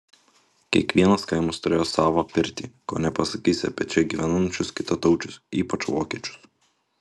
kiekvienas kaimas turėjo savą pirtį ko nepasakysi apie čia gyvenančius kitataučius ypač vokiečius